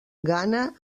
ghana